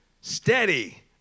Steady